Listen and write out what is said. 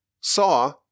saw